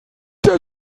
der